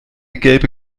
gelbe